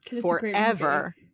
forever